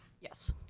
Yes